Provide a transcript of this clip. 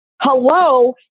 hello